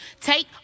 Take